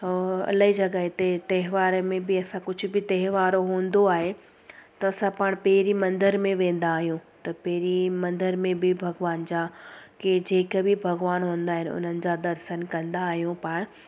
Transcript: ऐं अलाई जॻहि ते हिते त्योहार में बि असां कुझु बि त्योहारु हूंदो आहे त असां पाण पहिरीं मंदर में वेंदा आहियूं त पहिरीं मंदर में बि भॻवान जा के जेके बि भॻवानु हूंदा आहिनि हुननि जा दर्शन कंदा आहियूं पाण